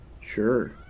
Sure